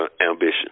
ambition